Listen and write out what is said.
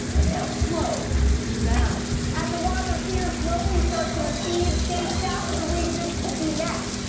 and now slow to move out. as the waters here slowly start to recede, states south of the region could be next.